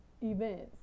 events